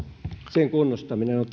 sen kunnostaminen on